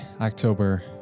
October